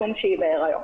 משום שהיא בהיריון.